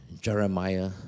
Jeremiah